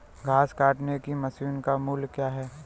घास काटने की मशीन का मूल्य क्या है?